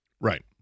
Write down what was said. Right